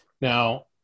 now